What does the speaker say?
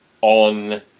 on